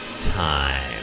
time